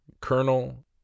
colonel